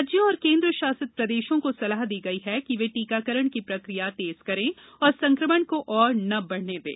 राजस्वों और केनद्रा शासित प्रदेशों को सलाह दी गई है कि वे टीकाकरण की प्रक्रिया तेज करें और संक्रमण को और न बढ़ने दें